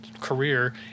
career